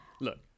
look